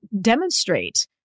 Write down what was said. demonstrate